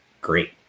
great